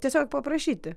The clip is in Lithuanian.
tiesiog paprašyti